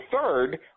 third